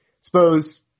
suppose